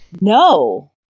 No